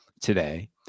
today